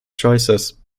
choices